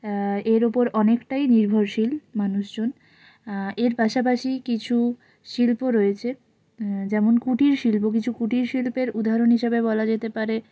এর উপর অনেকটাই নির্ভরশীল মানুষজন এর পাশাপাশি কিছু শিল্প রয়েছে যেমন কুটিরশিল্প কিছু কুটিরশিল্পের উদাহরণ হিসেবে বলা যেতে পারে